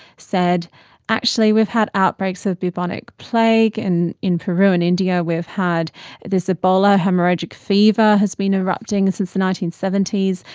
said actually we've had outbreaks of bubonic plague in in peru and india, we've had ebola, haemorrhagic fever has been erupting since the nineteen seventy s,